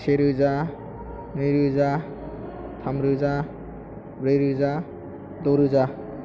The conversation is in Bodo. से रोजा नै रोजा थाम रोजा ब्रै रोजा द रोजा